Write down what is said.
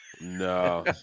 No